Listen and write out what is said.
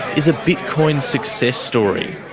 is a bitcoin success story.